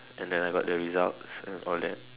and then I got the results and all that